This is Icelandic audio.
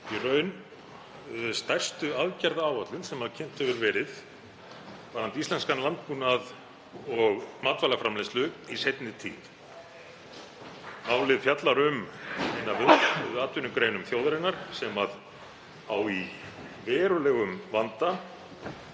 í raun stærstu aðgerðaáætlun sem kynnt hefur verið varðandi íslenskan landbúnað og matvælaframleiðslu í seinni tíð. Málið fjallar um eina af höfuðatvinnugreinum þjóðarinnar sem á í verulegum vanda